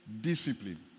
discipline